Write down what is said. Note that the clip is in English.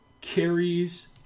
carries